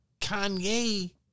Kanye